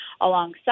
alongside